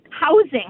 housing